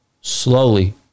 slowly